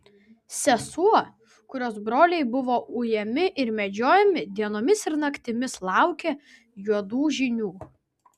sesuo kurios broliai buvo ujami ir medžiojami dienomis ir naktimis laukė juodų žinių